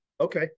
Okay